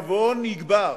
התיאבון יגבר,